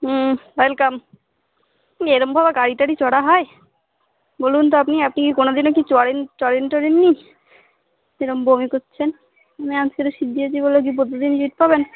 হুম welcome এরমভাবে গাড়ি টাড়ি চড়া হয় বলুন তো আপনি আপনি কি কোনোদিনও কি চড়েন চড়েন টরেন নি এরম বমি করছেন আপনি আজকের সিট দিয়েছি বলে কি প্রতিদিন দিতে হবে